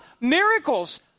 miracles